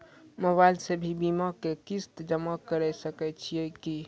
Mobile से भी बीमा के किस्त जमा करै सकैय छियै कि?